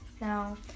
Now